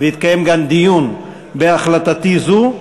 והתקיים גם דיון בהחלטתי זו: